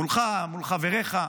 מולך, מול חבריך,